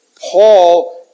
Paul